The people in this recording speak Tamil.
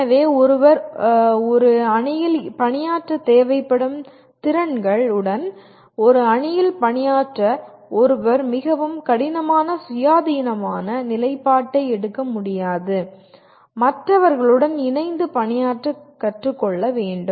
எனவே ஒருவர் ஒரு அணியில் பணியாற்ற தேவைப்படும் திறன்கள் உடன் ஒரு அணியில் பணியாற்ற ஒருவர் மிகவும் கடினமான சுயாதீனமான நிலைப்பாட்டை எடுக்க முடியாது மற்றவர்களுடன் இணைந்து பணியாற்ற கற்றுக்கொள்ள வேண்டும்